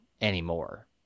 anymore